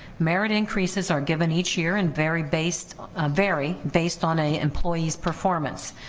merit increases are given each year and vary based vary based on a employees performance,